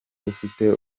ufite